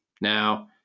Now